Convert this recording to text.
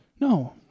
No